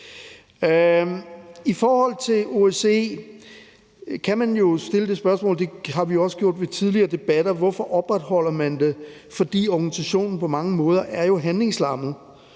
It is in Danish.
I forhold til OSCE kan man stille det spørgsmål, det har vi også gjort ved tidligere debatter, hvorfor man opretholder det, når organisationen på mange måder er handlingslammet.